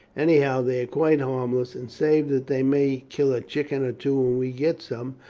anyhow they are quite harmless, and save that they may kill a chicken or two when we get some,